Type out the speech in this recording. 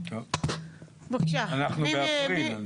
אנחנו באפריל.